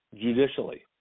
judicially